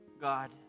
God